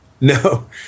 No